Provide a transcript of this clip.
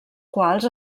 quals